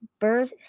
birth